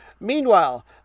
Meanwhile